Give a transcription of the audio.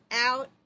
out